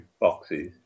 boxes